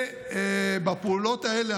ובפעולות האלה,